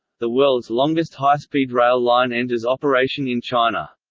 the world's longest high-speed rail line enters operation in china.